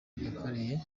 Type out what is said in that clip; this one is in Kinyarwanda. yakoreye